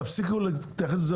תפסיקו להתייחס לזה,